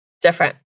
Different